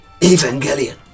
Evangelion